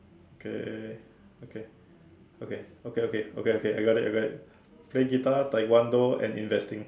okay okay okay okay okay okay okay okay I got it I got it play guitar taekwondo and investing